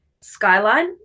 skyline